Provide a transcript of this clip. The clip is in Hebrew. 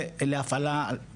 ולהפעלה.